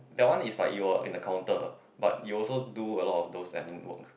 that one is like you're in a counter but you also do a lot of those admin works